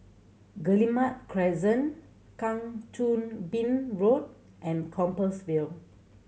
Guillemard Crescent Kang Choo Bin Road and Compassvale